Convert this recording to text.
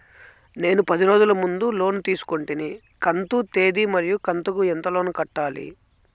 నేను పది రోజుల ముందు లోను తీసుకొంటిని కంతు తేది మరియు కంతు కు ఎంత లోను కట్టాలి?